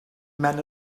men